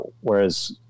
whereas